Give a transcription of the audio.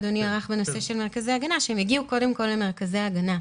למרכזי הגנה.